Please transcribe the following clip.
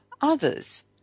others